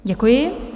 Děkuji.